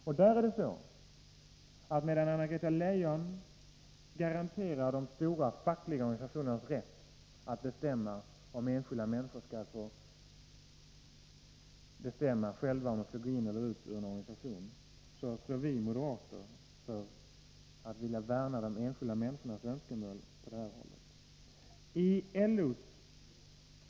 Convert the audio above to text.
Och där är det så, att medan Anna-Greta Leijon garanterar de stora fackliga organisationernas rätt att bestämma om enskilda människor skall få gå in i eller ut ur i en organisation, står vi moderater för att vilja värna de enskilda människornas önskemål på det här området.